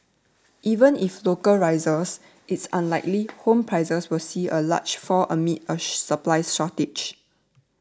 even if local rises it's unlikely home prices will see a large fall amid a supplies shortage